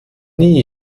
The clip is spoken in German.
nie